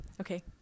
Okay